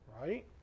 Right